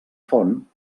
font